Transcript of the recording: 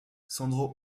sandro